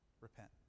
Repent